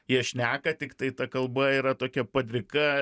jie šneka tiktai ta kalba yra tokia padrika